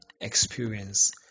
experience